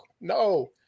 no